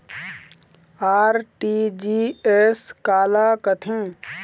RTGS काला कथें?